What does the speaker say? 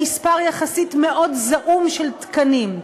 למספר יחסית מאוד זעום של תקנים,